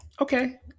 okay